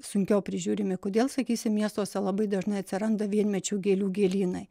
sunkiau prižiūrimi kodėl sakysim miestuose labai dažnai atsiranda vienmečių gėlių gėlynai